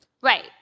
Right